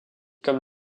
comme